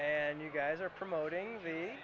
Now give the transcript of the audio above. and you guys are promoting